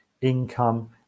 income